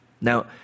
Now